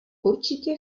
určitě